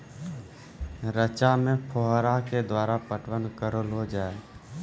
रचा मे फोहारा के द्वारा पटवन करऽ लो जाय?